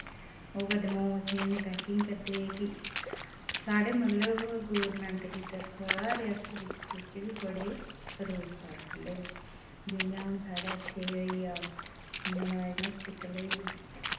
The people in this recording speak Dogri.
ओह् करदे मोमबत्तियें नै पैकिंग करदे कि साढ़े मतलब गोरमैंट दी तरफा रियासी डिस्ट्रिक च बड़े रोजगार खु'ल्ले दे जि'यां हुन साढ़े इत्थै एह् होई गेआ नारायणा हास्पिटल होई गेआ